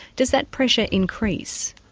does that pressure increase?